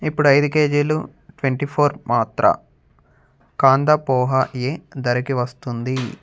ఇప్పుడు ఐదు కేజీలు ట్వెంటీ ఫోర్ మాత్ర కాందా పోహా ఏ ధరకి వస్తుంది